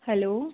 hello